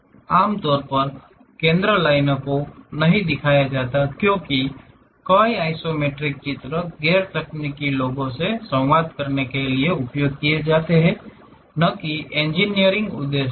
आम तौर पर केंद्र लाइनों को नहीं दिखाया जाता है क्योंकि कई आइसोमेट्रिक चित्र गैर तकनीकी लोगों से संवाद करने के लिए उपयोग किए जाते हैं न कि इंजीनियरिंग उद्देश्यों के लिए